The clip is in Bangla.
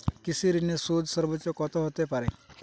কৃষিঋণের সুদ সর্বোচ্চ কত হতে পারে?